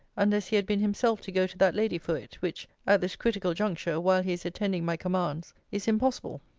unless he had been himself to go to that lady for it which, at this critical juncture, while he is attending my commands, is impossible.